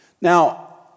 Now